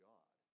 God